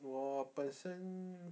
我本身